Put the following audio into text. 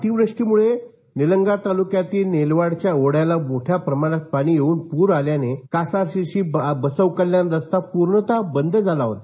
अतिवृष्टीमुळे तालुक्यातील नेलवाड च्या ओढ्याला मोठ्या प्रमाणात पाणी येऊन पूर आल्याने कासारशिरसी बसवकल्याण रस्ता पूर्णतः बंद झाला होता